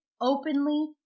openly